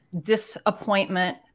Disappointment